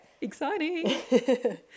Exciting